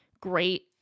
great